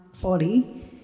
body